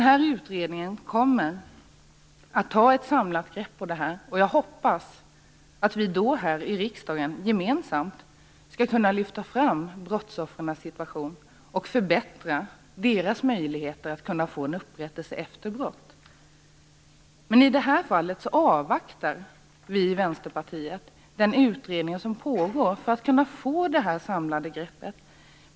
Utredningen kommer att ta ett samlat grepp i frågan. Jag hoppas att vi här i riksdagen gemensamt skall kunna lyfta fram brottsoffrens situation och förbättra deras möjligheter att få en upprättelse efter brott. Men i det här fallet avvaktar vi i Vänsterpartiet den utredning som pågår för att kunna få detta samlade grepp.